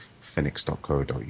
phoenix.co.uk